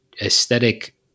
aesthetic